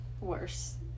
worse